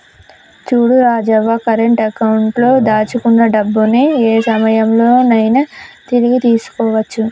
చూడు Rajavva current account లో దాచుకున్న డబ్బుని ఏ సమయంలో నైనా తిరిగి తీసుకోవచ్చు